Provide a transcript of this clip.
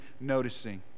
noticing